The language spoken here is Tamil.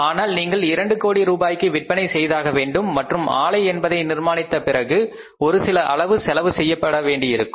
ஆனால் நீங்கள் 2 கோடி ரூபாய்க்கு விற்பனை செய்தாகவேண்டும் மற்றும் ஆலை என்பதை நிர்மாணித்த பிறகு ஒருசில அளவு செலவு செய்ய வேண்டியிருக்கும்